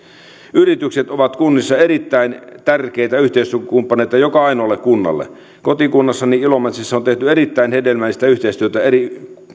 yritykset ovat kunnissa erittäin tärkeitä yhteistyökumppaneita joka ainoalle kunnalle kotikunnassani ilomantsissa on tehty erittäin hedelmällistä yhteistyötä eri